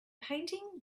painting